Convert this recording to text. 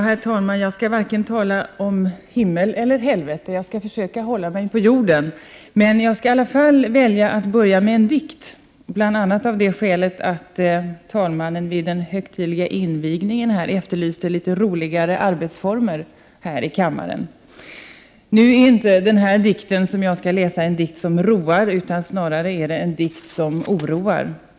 Herr talman! Jag skall inte tala om vare sig himmel eller helvete — jag skall försöka hålla mig på jorden. Men jag väljer i alla fall att börja med en dikt, bl.a. av det skälet att talmannen vid riksmötets högtidliga öppnande efterlyste litet roligare arbetsformer här i kammaren. Nu är inte det här en dikt som roar — snarare är det en dikt som oroar.